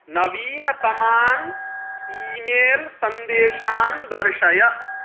नवीनतमान् email सन्देशान् दर्शय